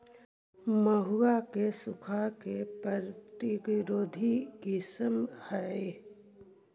मड़ुआ के सूखा प्रतिरोधी किस्म हई?